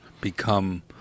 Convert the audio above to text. become